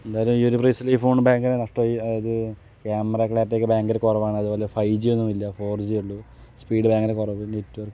എന്തായാലും ഈ ഒരു പ്രൈസിൽ ഈ ഫോൺ ഭയങ്കര നഷ്ടമായി അത് ക്യാമറ ക്ലാരിറ്റി ഒക്കെ ഭയങ്കര കുറവാണ് അതുപോലെ ഫൈജി ഒന്നുമില്ല ഫോർജി ഉള്ളു സ്പീഡ് ഭയങ്കര കുറവ് നെറ്റ്വർക്ക്